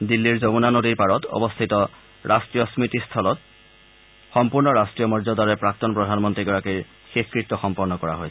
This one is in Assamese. দিল্লীৰ যমুনা নদীৰ পাৰত অৱস্থিত ৰট্টীয় স্মৃতি স্থলত সম্পূৰ্ণ ৰাষ্টীয় মৰ্যাদাৰে প্ৰাক্তন প্ৰধানমন্ত্ৰীগৰাকীৰ শেষকৃত্য সম্পন্ন কৰা হৈছিল